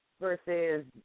versus